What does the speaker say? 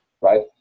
right